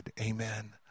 Amen